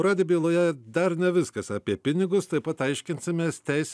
radijo byloje dar ne viskas apie pinigus taip pat